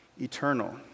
eternal